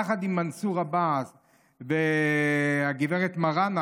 יחד עם מנסור עבאס והגב' מראענה,